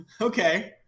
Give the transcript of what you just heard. okay